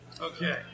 Okay